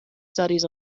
studies